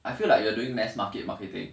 I feel like you are doing mass market marketing